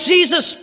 Jesus